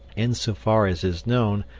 insofar as is known,